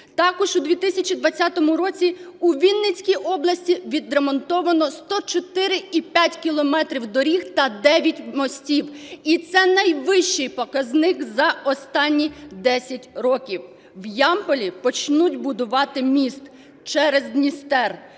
Також у 2020 році у Вінницькій області відремонтовано 104,5 кілометрів доріг та 9 мостів, і це найвищий показник за останні 10 років. В Ямполі почнуть будувати міст через Дністер.